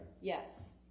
yes